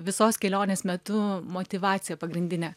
visos kelionės metu motyvacija pagrindinė